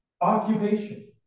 occupation